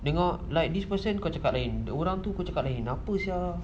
dengan like this person kau cakap lain dengan orang tu kau cakap lain apa sia